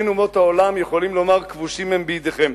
אין אומות העולם יכולים לומר כבושים הם בידיכם.